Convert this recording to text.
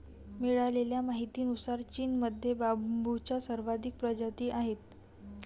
मिळालेल्या माहितीनुसार, चीनमध्ये बांबूच्या सर्वाधिक प्रजाती आहेत